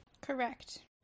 Correct